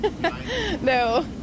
No